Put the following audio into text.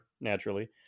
naturally